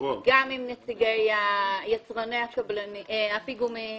גם עם נציגי יצרני הפיגומים,